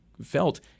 felt